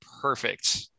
perfect